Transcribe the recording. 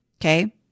Okay